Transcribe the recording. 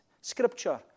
Scripture